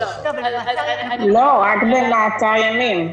רק במעצר ימים.